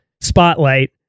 spotlight